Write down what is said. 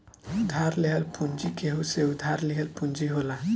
उधार लेहल पूंजी केहू से उधार लिहल पूंजी होला